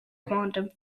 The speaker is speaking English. quantum